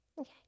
Okay